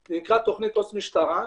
זה נקרא 'תוכנית עו"ס משטרה',